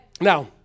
Now